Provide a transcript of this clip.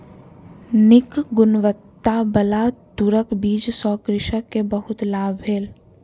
नीक गुणवत्ताबला तूरक बीज सॅ कृषक के बहुत लाभ भेल